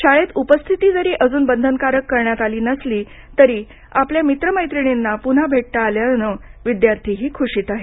शाळेत उपस्थिती जरी अजून बंधनकारक करण्यात आली नसली तरी आपल्या मित्रमैत्रिणींना पुन्हा भेटता आल्यानं विद्यार्थीही ख्रशीत आहेत